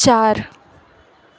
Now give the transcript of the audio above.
चार